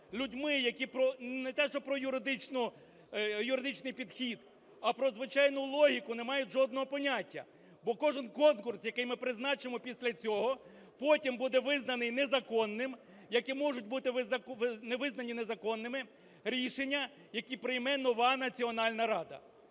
людьми, які не те що про юридичний підхід, а про звичайну логіку не мають жодного поняття. Бо кожен конкурс, який ми призначимо, після цього потім буде визнаний незаконним, як і можуть бути не визнані незаконними рішеннями, які прийме нова Національна рада.